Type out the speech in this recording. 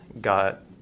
got